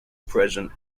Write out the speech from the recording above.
present